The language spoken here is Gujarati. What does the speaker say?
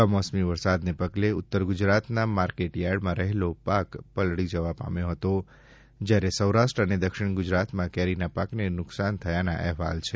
કમોસમી વરસાદને પગલે ઉત્તર ગુજરાતના માર્કેટ યાર્ડમાં રહેલો પાક પલળી જવા પામ્યો હતો જયારે સૌરાષ્ટ્ર અને દક્ષિણ ગુજરાતમાં કેરીના પાકને નુકસાન થયાના અહેવાલ છે